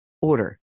order